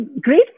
great